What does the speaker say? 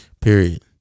Period